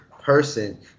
person